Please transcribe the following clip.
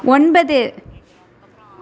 ஒன்பது